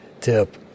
tip